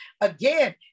Again